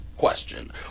question